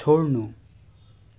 छोड्नु